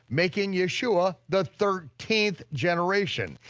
making yeshua the thirteenth generation.